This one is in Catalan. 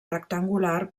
rectangular